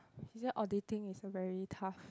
she say auditing is a very tough